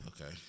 Okay